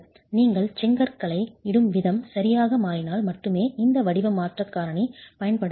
நீங்கள் செங்கற்களை இடும் விதம் சரியாக மாறினால் மட்டுமே இந்த வடிவ மாற்றக் காரணி பயன்படுத்தப்பட வேண்டும்